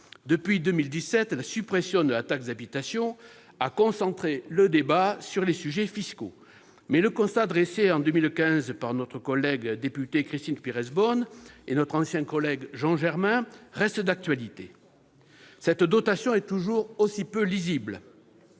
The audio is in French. Depuis 2017, la suppression de la taxe d'habitation a concentré le débat sur les sujets fiscaux, mais le constat dressé en 2015 par notre collègue députée Christine Pires Beaune et notre ancien collègue Jean Germain reste d'actualité : cette dotation est toujours aussi peu lisible,